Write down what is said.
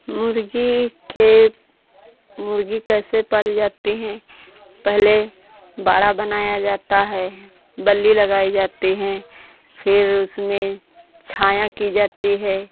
मुर्गी के मुर्गी कैसे पाली जाती हैं पहले बाड़ा बनाया जाता है बल्ली लगाई जाती हैं फिर उसमें छाया की जाती है